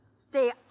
Stay